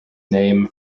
name